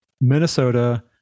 Minnesota